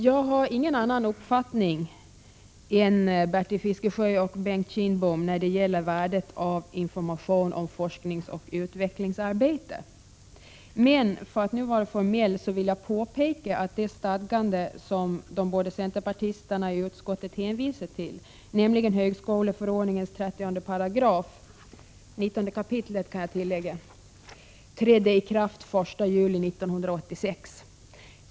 Jag har ingen annan uppfattning än Bertil Fiskesjö och Bengt Kindbom när det gäller värdet av information om forskningsoch utvecklingsarbete. Men för att nu vara formell vill jag påpeka att det stadgande som de båda centerpartisterna i utskottet hänvisat till, nämligen högskoleförordningens § 30 — i kap. 19, kan jag tillägga —, trädde i kraft den 1 juli 1986.